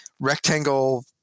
Rectangle